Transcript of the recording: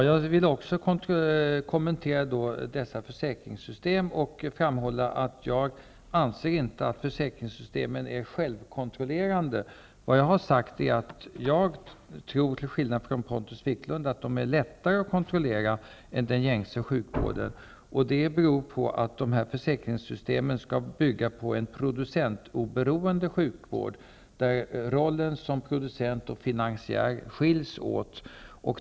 Fru talman! Också jag vill kommentera dessa försäkringssystem och framhålla att jag inte anser att försäkringssystemen är självkontrollerande. Vad jag har sagt är att jag till skillnad från Pontus Wiklund tror att de är lättare att kontrollera än den gängse sjukvården. Det beror på att dessa försäkringssystem skall bygga på en producentoberoende sjukvård, där rollerna som producent och finansiär skiljs åt.